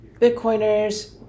Bitcoiners